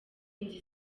nzu